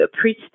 preach